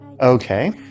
okay